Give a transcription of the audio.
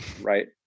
Right